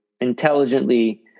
intelligently